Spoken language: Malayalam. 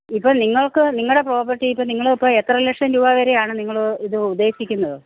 ഇപ്പോൾ നിങ്ങൾക്ക് നിങ്ങളുടെ പ്രോപ്പർട്ടി ഇപ്പോൾ നിങ്ങളിപ്പോൾ എത്ര ലക്ഷം രൂപ വരെയാണ് നിങ്ങൾ ഇത് ഉദ്ദേശിക്കുന്നത്